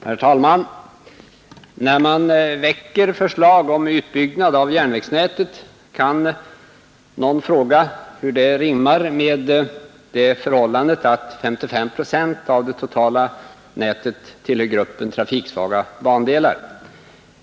Herr talman! När man väcker förslag om utbyggnad av järnvägsnätet kan någon fråga hur det rimmar med det förhållandet att 55 procent av det totala nätet tillhör gruppen trafiksvaga bandelar.